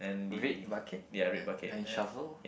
red bucket and and shovel